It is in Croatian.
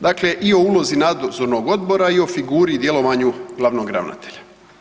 Dakle i o ulozi Nadzornog odbora i o figuri i djelovanju glavnog ravnatelja.